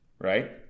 right